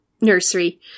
nursery